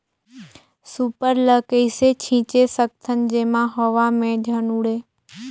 Super ल कइसे छीचे सकथन जेमा हवा मे झन उड़े?